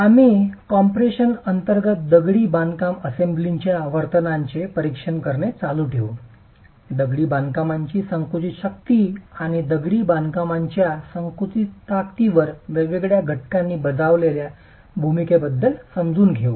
आम्ही कॉम्प्रेशन अंतर्गत दगडी बांधकाम असेंब्लीच्या वर्तनाचे परीक्षण करणे चालू ठेवू दगडी बांधकामाची संकुचित शक्ती वर्तन आणि दगडी बांधकामाच्या संकुचित ताकदीवर वेगवेगळ्या घटकांनी बजावलेल्या भूमिकेबद्दल समजून घेऊ